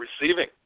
receiving